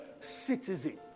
citizen